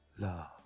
love